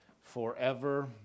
forever